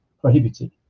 prohibited